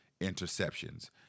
interceptions